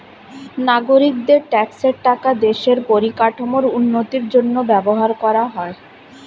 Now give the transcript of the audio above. নাগরিকদের ট্যাক্সের টাকা দেশের পরিকাঠামোর উন্নতির জন্য ব্যবহার করা হয়